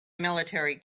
military